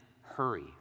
hurry